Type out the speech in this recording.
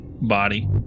body